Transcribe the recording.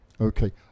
Okay